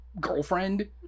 girlfriend